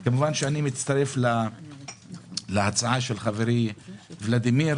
אני כמובן מצטרף להצעה של חברי ולדימיר